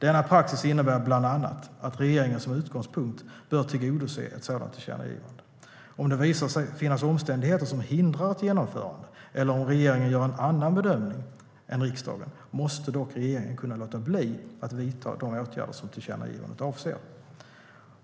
Denna praxis innebär bland annat att regeringen som utgångspunkt bör tillgodose ett sådant tillkännagivande. Om det visar sig finnas omständigheter som hindrar ett genomförande eller om regeringen gör en annan bedömning än riksdagen måste dock regeringen kunna låta bli att vidta de åtgärder som tillkännagivandet avser.